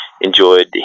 enjoyed